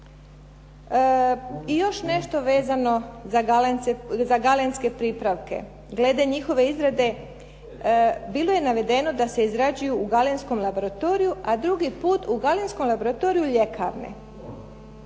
I još nešto vezano za galenske pripravke, glede njihove izrade. Bilo je navedeno da se izrađuju u Galenskoj laboratoriju a drugi put u Galenskom laboratoriju ljekarne.